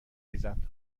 ریزد